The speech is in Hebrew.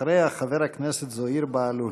אחריה, חבר הכנסת זוהיר בהלול.